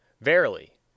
Verily